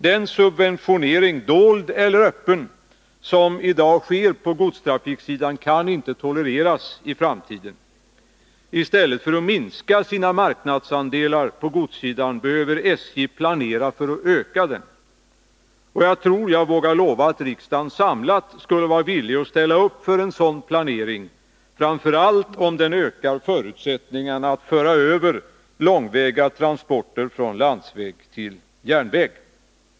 Den subventionering, dold eller öppen, som i dag sker på godstrafiksidan kan inte tolereras i framtiden. I stället för att minska sin marknadsandel på godssidan behöver SJ planera för att öka den. Jag tror att jag vågar lova att riksdagen skulle vara villig att ställa upp för en sådan planering, framför allt om den ökar förutsättningarna att föra över långväga transporter från landsväg till järnväg.